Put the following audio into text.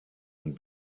und